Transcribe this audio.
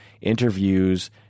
interviews